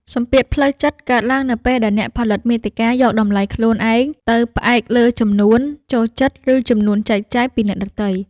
សម្ពាធផ្លូវចិត្តកើតឡើងនៅពេលដែលអ្នកផលិតមាតិកាយកតម្លៃខ្លួនឯងទៅផ្អែកលើចំនួន ចូលចិត្ត ឬចំនួន ចែកចាយ ពីអ្នកដទៃ។